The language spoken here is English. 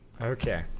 Okay